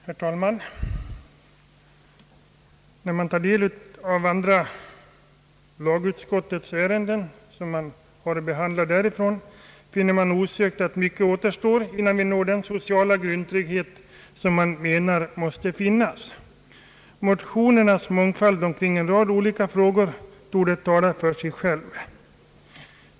Herr talman! När man tar del av dagens ärenden från andra lagutskottet, finner man osökt att mycket återstår innan den sociala grundtrygghet som man menar måste finnas är en verklighet. Motionernas mångfald i en rad olika frågor på detta område torde tala för sig själv.